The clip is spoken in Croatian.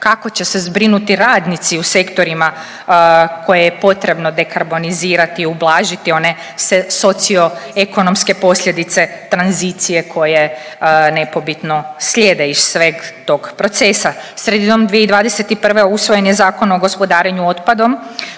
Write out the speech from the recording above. kako će se zbrinuti radnici u sektorima koje je potrebno dekarbonizirati, ublažiti one socioekonomske posljedice tranzicije koje nepobitno slijede iz sveg tog procesa. Sredinom 2021. usvojen je Zakon o gospodarenju otpadom